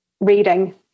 reading